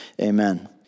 amen